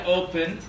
open